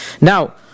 Now